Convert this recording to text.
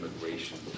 immigration